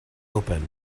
open